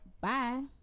Bye